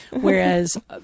Whereas